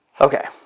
Okay